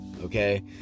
Okay